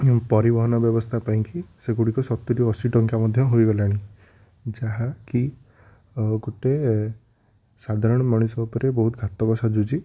ପରିବହନ ବ୍ୟବସ୍ଥା ପାଇଁ କି ସେଗୁଡ଼ିକ ସତୁରୀ ଅଶୀ ଟଙ୍କା ମଧ୍ୟ ହୋଇଗଲାଣି ଯାହାକି ଗୋଟେ ସାଧାରଣ ମଣିଷ ଉପରେ ବହୁତ ଘାତକ ସାଜୁଛି